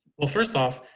well, first off,